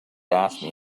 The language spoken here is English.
asked